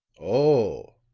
oh,